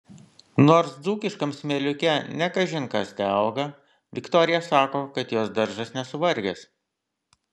nors dzūkiškam smėliuke ne kažin kas teauga viktorija sako kad jos daržas nesuvargęs